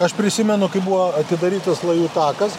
aš prisimenu kai buvo atidarytas lajų takas